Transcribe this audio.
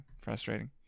frustrating